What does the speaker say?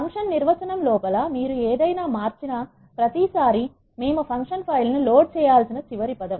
function నిర్వచనం లోపల మీరు ఏదైనా మార్చిన ప్రతీసారీ మేము ఫంక్షన్ ఫైల్ ను లోడ్ చేయాల్సిన చివరి పదం